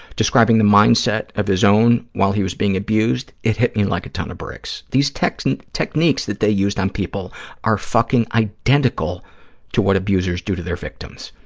describing the mindset of his own while he was being abused, it hit me like a ton of bricks. these techniques techniques that they used on people are fucking identical to what abusers do to their victims.